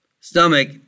stomach